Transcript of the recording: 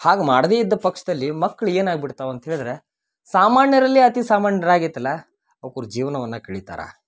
ಹಾಗೆ ಮಾಡ್ದೆ ಇದ್ದ ಪಕ್ಷದಲ್ಲಿ ಮಕ್ಳು ಏನಾಗಿ ಬಿಡ್ತಾವ ಅಂತ ಹೇಳ್ದ್ರೆ ಸಾಮಾನ್ಯರಲ್ಲಿ ಅತಿ ಸಾಮಾನ್ಯರಾಗಿ ಐತಲ್ಲ ಅವ್ಕುರ್ ಜೀವನವನ್ನ ಕಳಿತಾರ